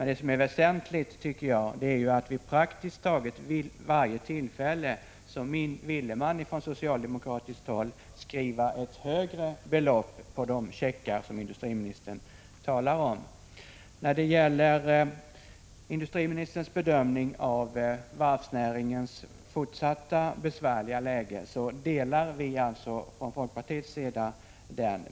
Det som är väsentligt är att socialdemokraterna vid praktiskt taget varje tillfälle ville skriva ett högre belopp på de checkar som industriministern talar om än som blev fallet. Vi i folkpartiet delar industriministerns bedömning när det gäller varvsnäringens fortsatta besvärliga läge.